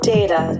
Data